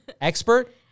Expert